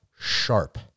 sharp